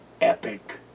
epic